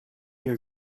your